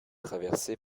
traversée